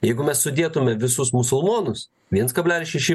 jeigu mes sudėtumėme visus musulmonus viens kablelis šeši